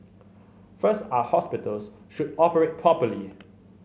first our hospitals should operate properly